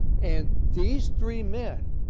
and these three men,